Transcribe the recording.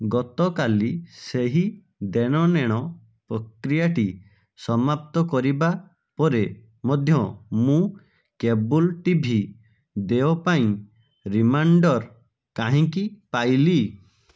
ଗତକାଲି ସେହି ଦେଣନେଣ ପ୍ରକ୍ରିୟାଟି ସମାପ୍ତ କରିବାପରେ ମଧ୍ୟ ମୁଁ କେବୁଲ୍ ଟି ଭି ଦେୟ ପାଇଁ ରିମାଇଣ୍ଡର୍ କାହିଁକି ପାଇଲି